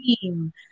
team